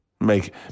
Make